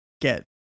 get